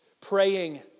Praying